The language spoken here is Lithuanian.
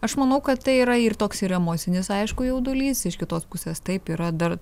aš manau kad tai yra ir toks ir emocinis aišku jaudulys iš kitos pusės taip yra dar